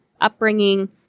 upbringing